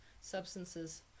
substances